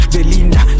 Belinda